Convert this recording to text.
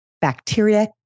bacteria